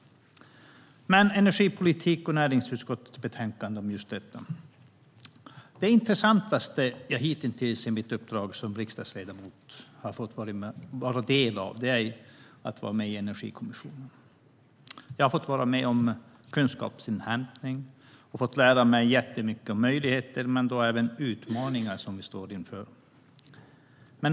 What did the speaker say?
Det handlar om energipolitik och näringsutskottets betänkande om just detta. Det intressantaste jag hittills i mitt uppdrag som riksdagsledamot har fått vara del av är Energikommissionen. Jag har fått vara med om kunskapsinhämtning och fått lära mig jättemycket om möjligheter men även utmaningar som vi står inför.